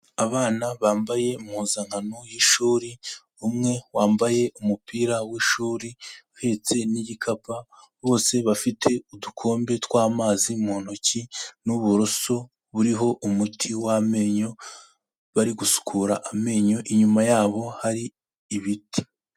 Abana bambaye impuzankano y'ishuri, umwe wambaye umupira w'ishuri, uhetse n'igikapu, bose bafite udukombe tw'amazi mu ntoki, n'uburoso buriho umuti w'amenyo, bari gusukura amenyo, inyuma yabo hari ibiti.